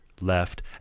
left